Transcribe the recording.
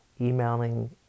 emailing